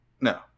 No